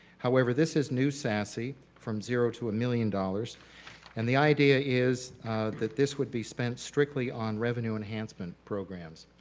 however, this is new sasi from zero to a million dollars and the idea is that this would be spent strictly on revenue enhancement programs.